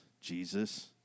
Jesus